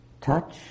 touch